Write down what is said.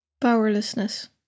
powerlessness